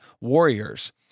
warriors